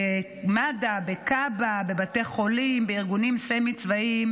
במד"א, בכב"ה, בבתי חולים, בארגונים סמי-צבאיים,